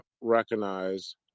recognize